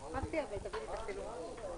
הישיבה נעולה.